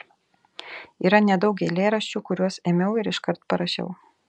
yra nedaug eilėraščių kuriuos ėmiau ir iškart parašiau